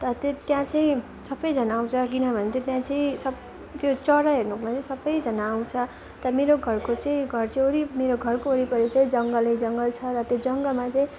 तर त्यो त्यहाँ चाहिँ सबैजना आउँछ किनभने चाहिँ त्यहाँ चाहिँ सब त्यो चरा हेर्नुकोलागि चाहिँ सबैजना आउँछ त मेरो घरको चाहिँ घर चाहिँ वरि मेरो घरको वरिपरि चाहिँ जङ्गलै जङ्गल छ र त्यो जङ्गलमा चाहिँ